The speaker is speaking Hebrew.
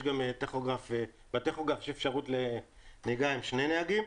בטכוגרף יש גם אפשרות לנהיגה עם שני נהגים,